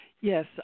Yes